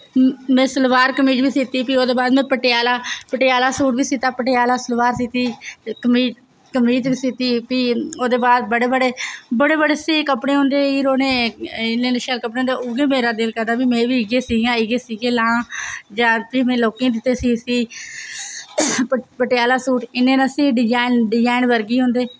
में सलवार कमीज बी सीती फ्ही में पटिआला सूट सीता पटिआला कमीच सीती फ्ही ओह्दे बाद बड़े बड़े स्हेई कपड़े होंदे हीरोइनैं बड़े बड़े स्हेई कपड़े होंदे मेरा बी मन करदा में बी इयै सीआं इयै लां प्ही में लोकें गी दित्ते सीऽ सीऽ पटिआला सूट इन्ने इन्ने स्हेई होंदे